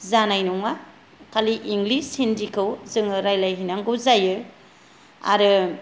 जानाय नङा खालि इंलिस हिन्दिखौ जोङो रायलायहैनांगौ जायो आरो